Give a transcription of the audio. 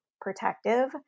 protective